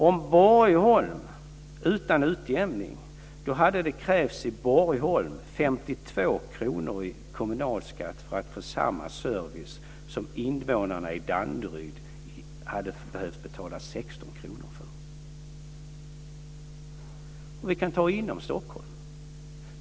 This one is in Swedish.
Om vi hade varit utan utjämning hade det i Borgholm krävts 52 kr i kommunalskatt för att invånarna skulle få samma service som invånarna i Danderyd hade behövt betala 16 kr för. Vi kan ta exempel inom Stockholm.